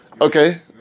Okay